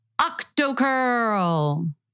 octocurl